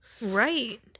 Right